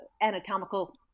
anatomical